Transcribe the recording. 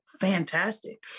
fantastic